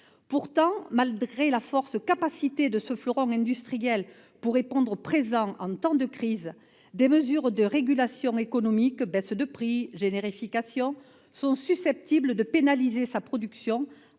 Pourtant, malgré la capacité avérée de ce fleuron industriel de répondre présent en temps de crise, des mesures de régulation économique, comme la baisse des prix ou la générification, sont susceptibles de pénaliser sa production